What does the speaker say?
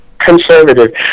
conservative